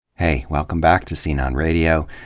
hey, welcome back to scene on radio.